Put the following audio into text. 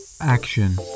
action